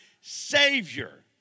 Savior